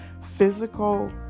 physical